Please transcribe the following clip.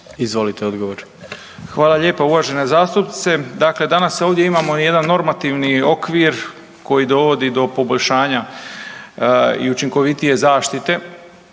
Ivan (HDZ)** Hvala lijepa uvažena zastupnice. Dakle, danas ovdje imamo jedan normativni okvir koji dovodi do poboljšanja i učinkovitije zaštite,